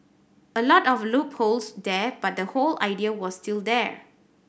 a lot of loopholes there but the whole idea was still there